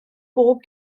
bob